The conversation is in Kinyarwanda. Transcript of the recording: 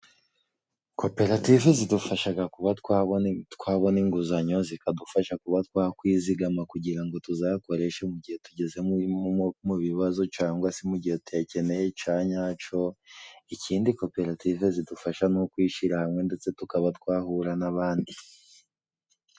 Koperative zidufasha kuba twabona inguzanyo. Zikadufasha kuba twakwizigama kugira ngo tuzayakoreshe mu gihe tugeze mu bibazo cyangwa se mu gihe tuyakeneye cya nyacyo. Ikindi koperative zidufasha ni ukwishyira hamwe ndetse tukaba twahura n'abandi.